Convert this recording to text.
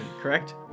correct